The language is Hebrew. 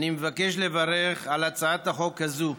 אני מבקש לברך על הצעת החוק הזו,